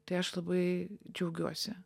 tai aš labai džiaugiuosi